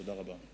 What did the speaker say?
תודה רבה.